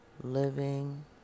living